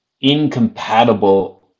incompatible